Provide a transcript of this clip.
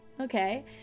Okay